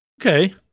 Okay